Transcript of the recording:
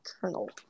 kernel